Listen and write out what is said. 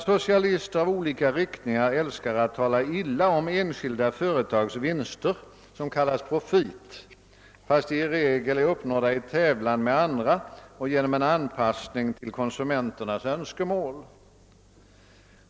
Socialister av olika riktningar älskar att tala illa om enskilda företags vinster, som kallas profit, fast de i regel är uppnådda i tävlan med andra och genom en anpassning till konsumenternas önskemål.